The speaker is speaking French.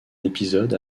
épisode